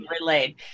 relayed